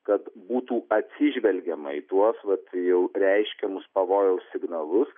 kad būtų atsižvelgiama į tuos vat jau reiškiamus pavojaus signalus